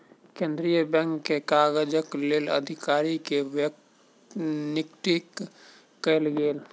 केंद्रीय बैंक के काजक लेल अधिकारी के नियुक्ति कयल गेल